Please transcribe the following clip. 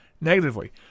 negatively